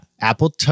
Apple